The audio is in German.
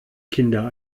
kinder